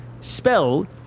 spell